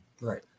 right